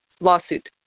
lawsuit